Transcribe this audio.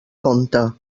compte